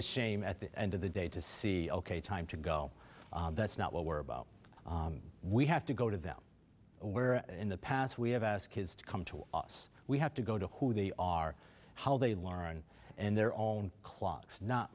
a shame at the end of the day to see ok time to go that's not what we're about we have to go to them where in the past we have asked kids to come to us we have to go to who they are how they learn and their own clocks not